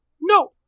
No